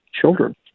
children